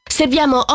serviamo